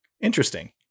interesting